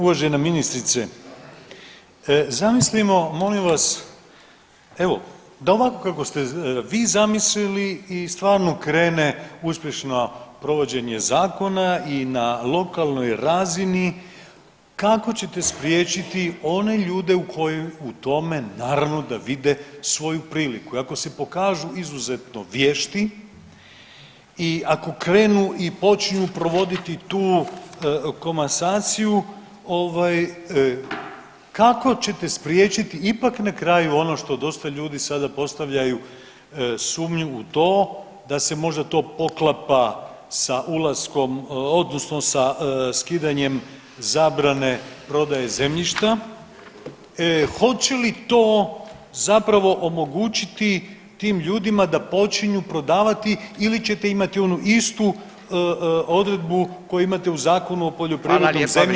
Uvažena ministrice, zamislimo molim vas evo da ovako kako ste vi zamislili i stvarno krene uspješno provođenje zakona i na lokalnoj razini, kako ćete spriječiti one ljude koji u tome naravno da vide svoju priliku i ako se pokažu izuzetno vješti i ako krenu i počnu provoditi tu komasaciju ovaj kako ćete spriječiti ipak na kraju ono što dosta ljudi sada postavljaju sumnju u to da se možda to poklapa sa ulaskom odnosno sa skidanjem zabrane prodaje zemljišta, hoće li to zapravo omogućiti tim ljudima da počinju prodavati ili ćete imati onu istu odredbu koju imate u Zakonu o poljoprivrednom zemljištu [[Upadica: Hvala lijepa, vrijeme, vrijeme.]] da to